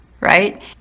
right